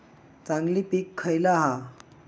चांगली पीक खयला हा?